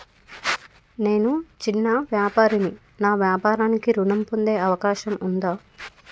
నేను చిన్న వ్యాపారిని నా వ్యాపారానికి ఋణం పొందే అవకాశం ఉందా?